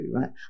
right